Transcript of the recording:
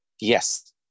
yes